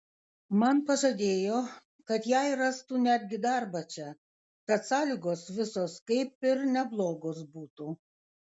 man pažadėjo kad jai rastų netgi darbą čia tad sąlygos visos kaip ir neblogos būtų